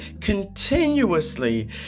continuously